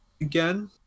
again